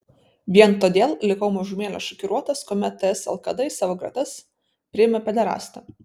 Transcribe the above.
vien todėl likau mažumėlę šokiruotas kuomet ts lkd į savo gretas priėmė pederastą